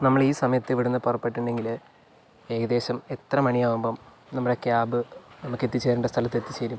നമ്മൾ ഈ സമയത്ത് ഇവിടന്ന് പുറപ്പെട്ടിട്ടിണ്ടെങ്കില് ഏകദേശം എത്ര മണിയാകുമ്പം നമ്മുടെ ക്യാബ് നമുക്ക് എത്തിച്ചേരേണ്ട സ്ഥലത്ത് എത്തിച്ചേരും